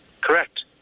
Correct